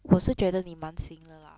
我是觉得你蛮行的 lah